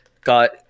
got